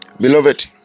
Beloved